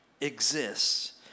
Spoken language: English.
exists